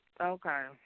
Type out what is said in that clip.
Okay